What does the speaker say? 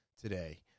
today